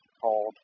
called